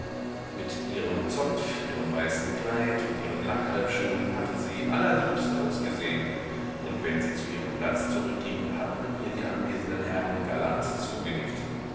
mit ihrem zopf ihrem weißen kleid und ihren lack halbschuhen hatte sie allerliebst ausgesehen und wenn sie zu ihrem platze zurückging hatten ihr die anwesenden herren galant zugenickt